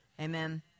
Amen